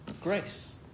grace